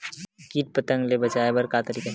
कीट पंतगा ले बचाय बर का तरीका हे?